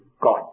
God